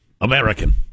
American